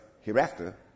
hereafter